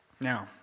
Now